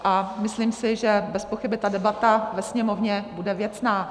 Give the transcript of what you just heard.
A myslím si, že bezpochyby debata ve Sněmovně bude věcná.